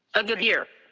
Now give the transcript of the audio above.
a good year.